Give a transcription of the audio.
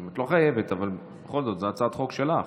את לא חייבת, אבל בכל זאת, זו הצעת חוק שלך.